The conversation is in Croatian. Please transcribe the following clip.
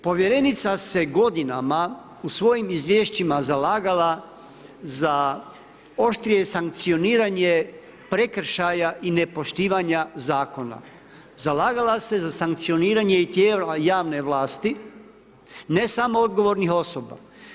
Povjerenica se godinama u svojim izvješćima zalagala za oštrije sankcioniranje prekršaja i nepoštivanja zakona, zalagala se za sankcioniranje i tijela javne vlasti, ne samo odgovornih osoba.